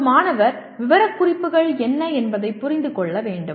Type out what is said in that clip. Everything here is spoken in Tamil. ஒரு மாணவர் விவரக்குறிப்புகள் என்ன என்பதைப் புரிந்து கொள்ள வேண்டும்